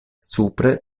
supre